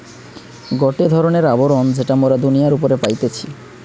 গটে ধরণের আবরণ যেটা মোরা দুনিয়ার উপরে পাইতেছি